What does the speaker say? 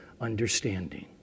understanding